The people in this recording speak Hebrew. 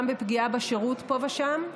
גם בפגיעה בשירות פה ושם.